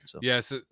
Yes